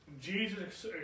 Jesus